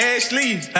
Ashley